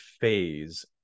phase